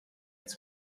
its